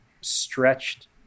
stretched